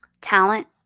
talent